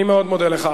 אני מאוד מודה לך.